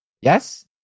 Yes